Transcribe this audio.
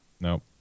Nope